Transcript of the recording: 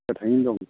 गोथांयैनो दं